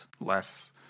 less